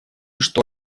что